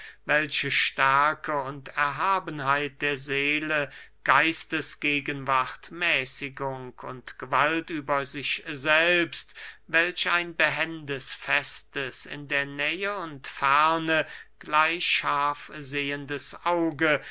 welche stärke und erhabenheit der seele geistesgegenwart mäßigung und gewalt über sich selbst welch ein behendes festes in der nähe und ferne gleich scharf sehendes auge